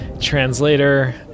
translator